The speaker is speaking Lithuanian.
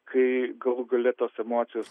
kai galų gale tos emocijos